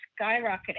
skyrocketing